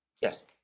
Yes